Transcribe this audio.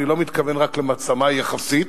אני לא מתכוון רק למעצמה יחסית,